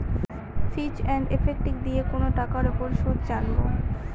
ফিচ and effective দিয়ে কোনো টাকার উপর সুদ জানবো